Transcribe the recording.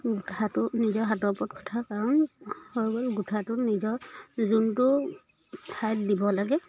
গোঁঠাটো নিজৰ হাতৰ ওপৰত কথা কাৰণ সৰু গোঁঠাটো নিজৰ যোনটো ঠাইত দিব লাগে